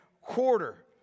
quarter